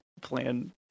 plan